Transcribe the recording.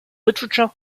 literature